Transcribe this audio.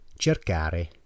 cercare